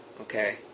Okay